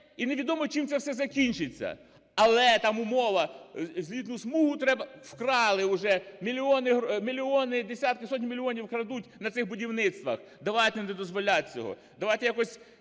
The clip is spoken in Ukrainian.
і невідомо, чим це все закінчиться. Але там умова: злітну смугу треба... Вкрали уже мільйони... мільйони, десятки, сотні мільйонів крадуть на цих будівництвах. Давайте не дозволяти цього, давайте якось